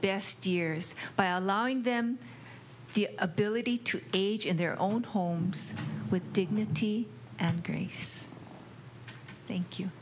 best years by allowing them the ability to age in their own homes with dignity and grace thank you